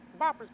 boppers